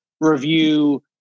review